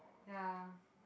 ya